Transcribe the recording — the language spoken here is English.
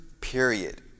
period